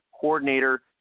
coordinator